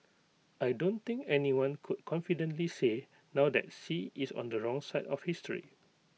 I don't think anyone could confidently say now that Xi is on the wrong side of history